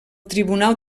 tribunal